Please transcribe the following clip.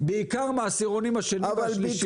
בעיקר מהעשירונים השני והשלישי,